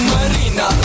Marina